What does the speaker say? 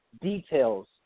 details